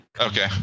Okay